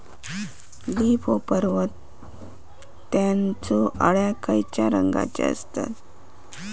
Leaf hopper व त्यानचो अळ्या खैचे रंगाचे असतत?